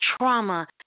trauma